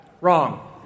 Wrong